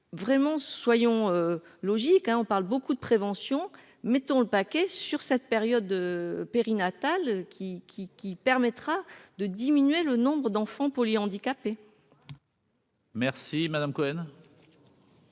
vraiment soyons logiques hein, on parle beaucoup de prévention, mettons le paquet sur cette période périnatale qui qui qui permettra de diminuer le nombre d'enfants polyhandicapés. Merci madame Cohen.